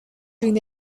during